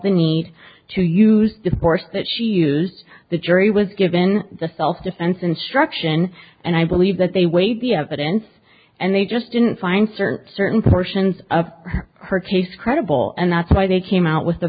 the need to use the sports that she used the jury was given the self defense instruction and i believe that they weighed the evidence and they just didn't find certain certain portions of her case credible and that's why they came out with the